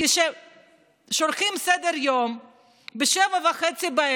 כששולחים סדר-יום ב-19:30,